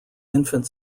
infant